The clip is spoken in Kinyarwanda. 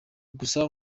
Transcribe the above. gusa